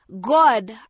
God